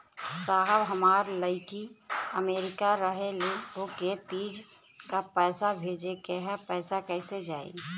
साहब हमार लईकी अमेरिका रहेले ओके तीज क पैसा भेजे के ह पैसा कईसे जाई?